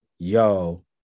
yo